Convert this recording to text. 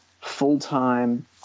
full-time